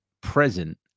present